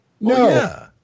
No